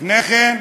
לפני כן,